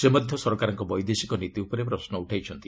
ସେ ମଧ୍ୟ ସରକାରଙ୍କ ବୈଦେଶିକ ନୀତି ଉପରେ ପ୍ରଶ୍ନ ଉଠାଇଛନ୍ତି